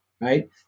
right